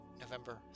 November